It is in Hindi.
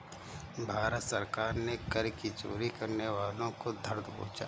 भारत सरकार ने कर की चोरी करने वालों को धर दबोचा